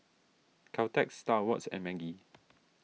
Caltex Star Awards and Maggi